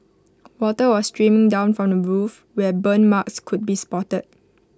water was streaming down from the roof where burn marks could be spotted